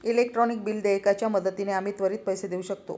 electronic bill देयकाच्या मदतीने आम्ही त्वरित पैसे देऊ शकतो